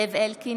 זאב אלקין,